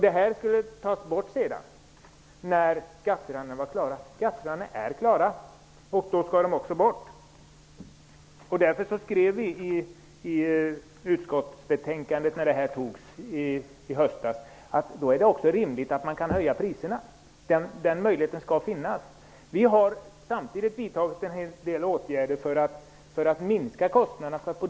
Det skulle sedan tas bort när förhandlingarna är klara. Då skall bidragen också bort. Därför skrev vi i utskottsbetänkandet att det är rimligt att man kan höja priserna. Den möjligheten skall finnas. Vi har samtidigt vidtagit en hel del åtgärder för att minska kostnaderna.